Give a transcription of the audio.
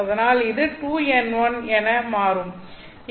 அதனால் இது 2n1 என்று மாறும்